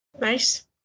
Nice